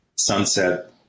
Sunset